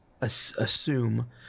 assume